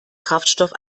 kraftstoff